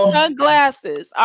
sunglasses